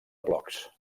blocs